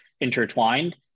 intertwined